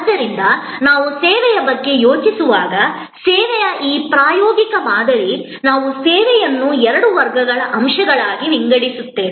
ಆದ್ದರಿಂದ ನಾವು ಸೇವೆಯ ಬಗ್ಗೆ ಯೋಚಿಸುವಾಗ ಸೇವೆಯ ಈ ಪ್ರಾಯೋಗಿಕ ಮಾದರಿ ನಾವು ಸೇವೆಯನ್ನು ಎರಡು ವರ್ಗಗಳ ಅಂಶಗಳಾಗಿ ವಿಂಗಡಿಸುತ್ತೇವೆ